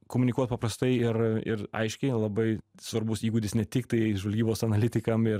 komunikuot paprastai ir ir aiškiai labai svarbus įgūdis ne tiktai žvalgybos analitikam ir